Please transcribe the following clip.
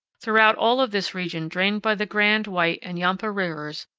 throughout all of this region drained by the grand, white, and yampa rivers,